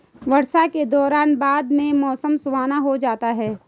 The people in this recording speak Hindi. वर्षा के दौरान और बाद में मौसम सुहावना हो जाता है